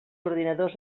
ordinadors